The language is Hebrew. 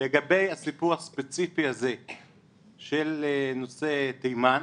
לגבי הסיפור הספציפי הזה של נושא תימן,